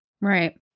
Right